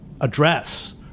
address